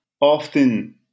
often